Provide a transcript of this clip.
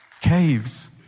Caves